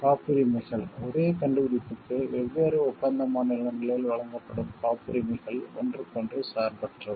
காப்புரிமைகள் ஒரே கண்டுபிடிப்புக்கு வெவ்வேறு ஒப்பந்த மாநிலங்களில் வழங்கப்படும் காப்புரிமைகள் ஒன்றுக்கொன்று சார்பற்றவை